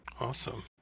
Awesome